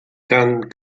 cant